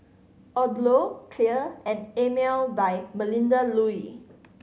Odlo Clear and Emel by Melinda Looi